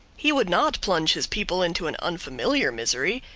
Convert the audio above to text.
he would not plunge his people into an unfamiliar misery.